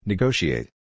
Negotiate